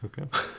Okay